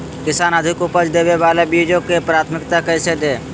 किसान अधिक उपज देवे वाले बीजों के प्राथमिकता कैसे दे?